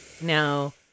Now